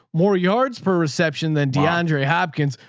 more yards per reception than deandre hopkins,